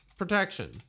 protection